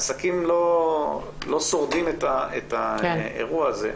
עסקים לא שורדים את האירוע הזה,